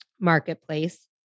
Marketplace